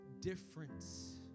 difference